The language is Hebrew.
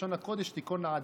לשון הקודש תיכון לעד,